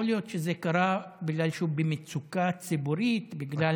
יכול להיות שזה קרה בגלל שהוא במצוקה ציבורית בגלל